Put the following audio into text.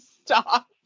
stop